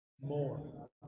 more